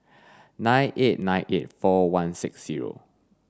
nine eight nine eight four one six zero